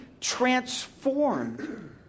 transformed